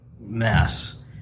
mess